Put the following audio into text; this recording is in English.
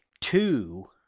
two